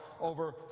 over